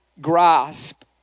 grasp